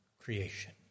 creation